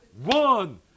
one